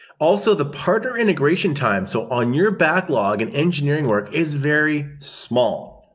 also the partner integration time, so on your backlog and engineering work is very small.